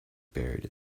buried